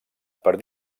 per